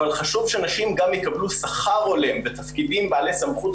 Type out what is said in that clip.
אבל חשוב שנשים גם יקבלו שכר הולם ותפקידים בעלי סמכות